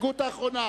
ההסתייגות האחרונה.